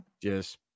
Yes